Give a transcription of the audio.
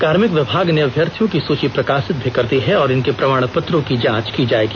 कार्मिक विभाग ने अभ्यर्थियों की सूची प्रकाशित भी कर दी है और इनके प्रमाण पत्रों की जांच की जायेगी